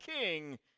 king